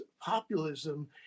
populism